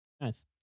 Nice